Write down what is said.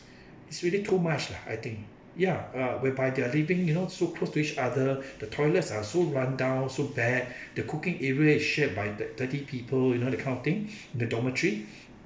it's really too much lah I think ya uh whereby they are living you know so close to each other the toilets are so run down so bad the cooking area is shared by the thirty people you know that kind of thing in the dormitory